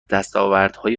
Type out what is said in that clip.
دستاوردهای